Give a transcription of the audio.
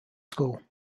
school